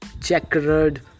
checkered